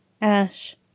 Ash